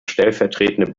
stellvertretende